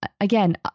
again